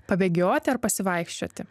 pabėgioti ar pasivaikščioti